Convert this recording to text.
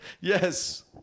Yes